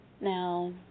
Now